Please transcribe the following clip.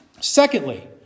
Secondly